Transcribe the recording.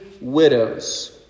widows